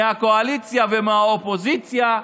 מהקואליציה ומהאופוזיציה: